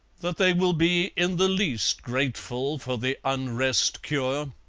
that they will be in the least grateful for the unrest-cure.